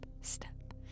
step